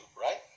right